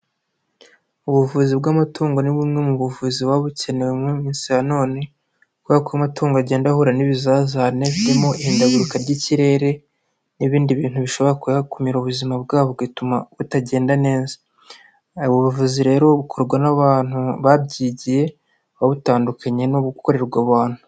Ubuvuzi bw'amatungo ni bumwe mu buvuzi babukenewe mu minsi ya none, kubera ko amatungo agenda ahura n'ibizazane birimo ihindagurika ry'ikirere, n'ibindi bintu bishobora kuyakumira ubuzima bwayo bugatuma butagenda neza. Ubwo buvuzi rero bukorwa n'abantu babyigiye buba butandukanye n'ubukorerwa abantu.